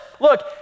Look